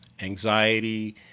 anxiety